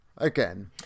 Again